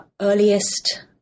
earliest